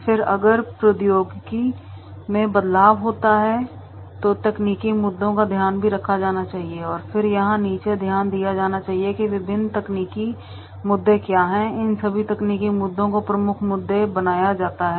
फिर अगर प्रौद्योगिकी में बदलाव होता है तो तकनीकी मुद्दों को ध्यान में रखा जाना चाहिए और फिर यहाँ नीचे ध्यान दिया जाना चाहिए कि विभिन्न तकनीकी मुद्दे क्या हैं और इन सभी तकनीकी मुद्दों को प्रमुख मुद्दे बनाया जाता हैं